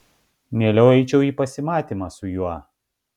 mieliau eičiau į pasimatymą su juo